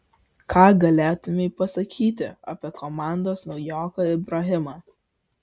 ką galėtumei pasakyti apie komandos naujoką ibrahimą